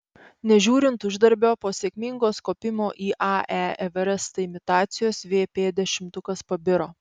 nežiūrint uždarbio po sėkmingos kopimo į ae everestą imitacijos vp dešimtukas pabiro